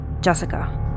Jessica